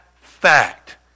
fact